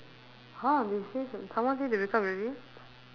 !huh! they say someone say they break up already